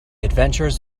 adventures